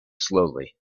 slowly